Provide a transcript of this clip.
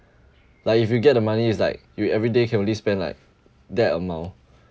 like if you get the money it's like you every day can only spend like that amount